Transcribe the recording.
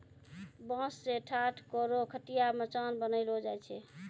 बांस सें ठाट, कोरो, खटिया, मचान बनैलो जाय छै